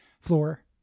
floor